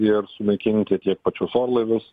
ir sunaikinkiti tiek pačius orlaivius